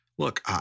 look